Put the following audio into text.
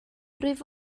rwyf